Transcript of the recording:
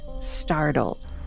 startled